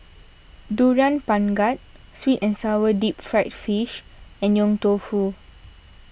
Durian Pengat Sweet and Sour Deep Fried Fish and Yong Tau Foo